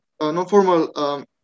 non-formal